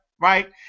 right